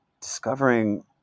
discovering